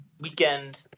weekend